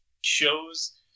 shows